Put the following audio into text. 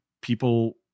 people